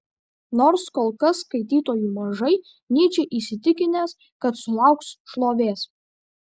nors kol kas skaitytojų mažai nyčė įsitikinęs kad sulauks šlovės